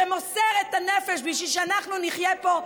שמוסר את הנפש בשביל שאנחנו נחיה פה,